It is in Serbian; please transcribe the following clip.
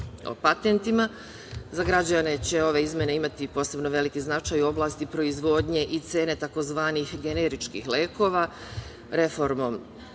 o patentima. Za građane će ove izmene imati posebno veliki značaj u oblasti proizvodnje i cene tzv. generičkih lekova, reformom